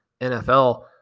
NFL